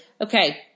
okay